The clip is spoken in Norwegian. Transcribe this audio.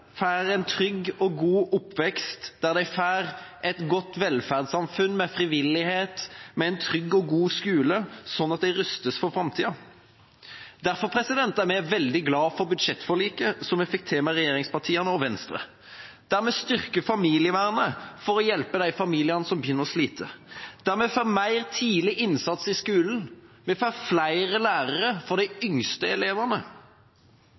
får en trygg og god oppvekst, et godt velferdssamfunn med frivillighet og en trygg og god skole, sånn at de rustes for framtida. Derfor er vi veldig glad for budsjettforliket som vi fikk til med regjeringspartiene og Venstre, der vi styrker familievernet for å hjelpe de familiene som begynner å slite, der vi får mer tidlig innsats i skolen, og vi får flere lærere for de yngste elevene.